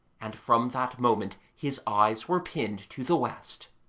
and from that moment his eyes were pinned to the west.